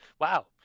wow